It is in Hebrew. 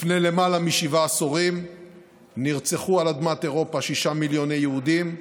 לפני למעלה משבעה עשורים נרצחו על אדמת אירופה שישה מיליוני יהודים,